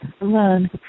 alone